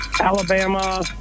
Alabama